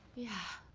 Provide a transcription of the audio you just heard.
yeah.